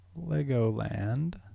Legoland